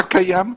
מה קיים?